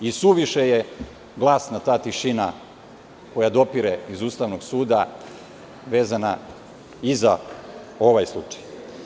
Isuviše je glasna ta tišina koja dopire iz Ustavnog suda vezana i za ovaj slučaj.